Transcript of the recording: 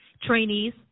Trainees